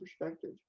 perspective